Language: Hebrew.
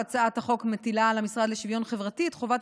הצעת החוק מטילה על המשרד לשוויון חברתי את חובת